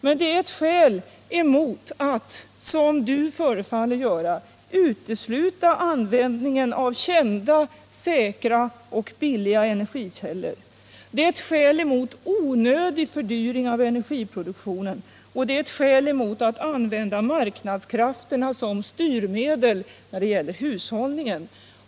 Men det är ett skäl mot att, som du förefaller göra, utesluta användningen av kända, säkra och billiga energikällor, ett skäl mot att tillåta en onödig fördyring av energiproduktionen och ett skäl mot att använda marknadskrafterna som styrmedel när det gäller hushållningen.